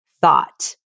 thought